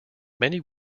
many